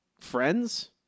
friends